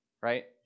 right